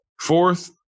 Fourth